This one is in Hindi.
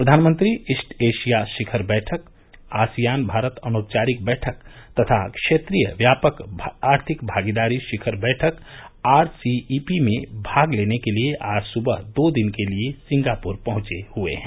प्रधानमंत्री ईस्ट एशिया शिखर बैठक आसियान भारत अनौपचारिक बैठक तथा क्षेत्रीय व्यापक आर्थिक भागीदारी शिखर बैठक आरसीईपी में भाग लेने के लिए आज सुबह दो दिन के लिए सिंगापुर पहुंचे हुए हैं